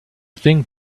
think